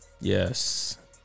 Yes